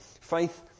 Faith